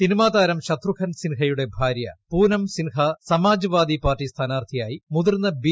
സിനിമാതാരം ശത്രുഘൻ സിൻഹയുടെ ഭാര്യ Poonam Sinha Samajwadi party സ്ഥാനാർത്ഥിയായി മുതിർന്ന ബി